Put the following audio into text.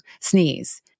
sneeze